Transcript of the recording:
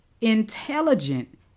intelligent